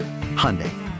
Hyundai